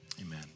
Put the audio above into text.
Amen